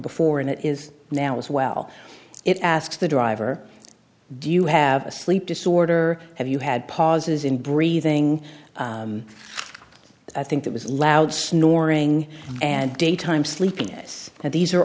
before and it is now as well it asks the driver do you have a sleep disorder have you had pauses in breathing i think that was loud snoring and daytime sleepiness and these are